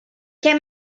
què